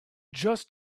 just